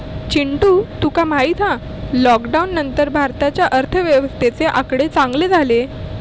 चिंटू तुका माहित हा लॉकडाउन नंतर भारताच्या अर्थव्यवस्थेचे आकडे चांगले झाले